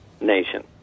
nation